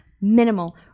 minimal